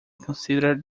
considered